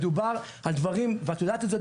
מדובר על דברים ואת יודעת את זה,